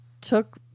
took